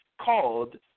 called